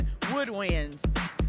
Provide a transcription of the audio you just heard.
woodwinds